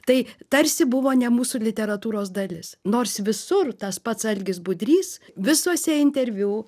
tai tarsi buvo ne mūsų literatūros dalis nors visur tas pats algis budrys visuose interviu